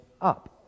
up